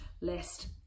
list